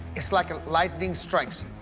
it's like ah lightning strikes